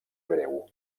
breu